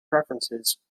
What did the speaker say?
preferences